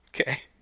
Okay